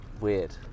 weird